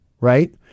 right